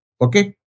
Okay